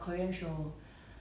oh okay